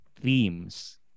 Themes